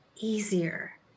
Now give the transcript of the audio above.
easier